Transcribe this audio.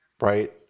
right